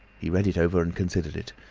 he read it over and considered it.